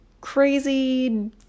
crazy